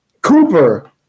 Cooper